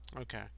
Okay